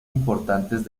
importantes